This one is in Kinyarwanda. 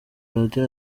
radio